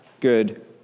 good